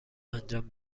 انجام